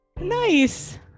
nice